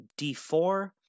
d4